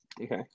Okay